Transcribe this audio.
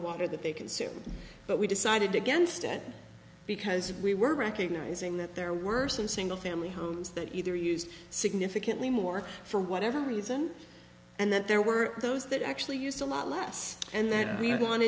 water that they consume but we decided against it because we were recognizing that there are worse and single family homes that either used significantly more for whatever reason and that there were those that actually used a lot less and that